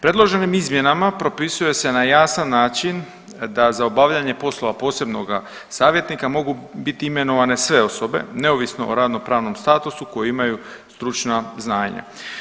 Predloženim izmjenama propisuje se na jasan način da za obavljanje poslova posebnoga savjetnika mogu biti imenovane sve osobe neovisno o radno-pravnom statusu koji imaju stručna znanja.